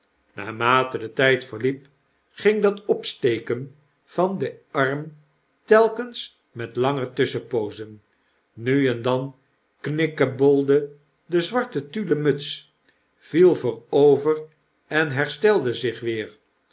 kaarmate de tyd verliep ging dat opsteken van den arm telkens met langer tusschenpoozen nu en dan knikkebolde de zwarte tullen muts viel voorover en herstelde zich weer